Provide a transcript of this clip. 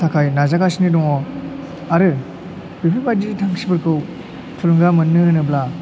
थाखाय नाजागासिनो दङ आरो बेफोरबादि थांखिफोरखौ थुलुंगा मोनो होनोब्ला